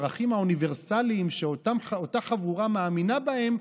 הערכים האוניברסליים שאותה חבורה מאמינה בהם,